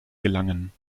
gelangen